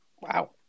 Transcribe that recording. Wow